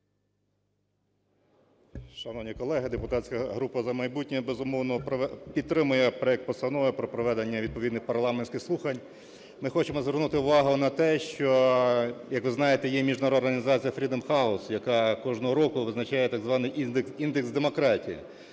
Шановні колеги! Депутатська група "За майбутнє", безумовно, підтримує проект постанови про проведення відповідних парламентських слухань. Ми хочемо звернути увагу на те, що, як ви знаєте, є міжнародна організація Freedom House, яка кожного року визначає так званий індекс демократії,